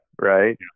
Right